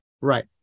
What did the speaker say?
Right